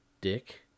dick